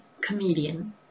comedian